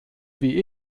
wie